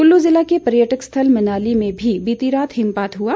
कुल्लू जिले के पर्यटन स्थल मनाली में भी बीती रात हिमपात हुआ